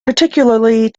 particularly